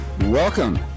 Welcome